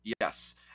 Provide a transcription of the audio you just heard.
Yes